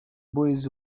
boyz